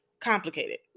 complicated